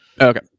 Okay